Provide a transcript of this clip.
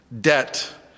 debt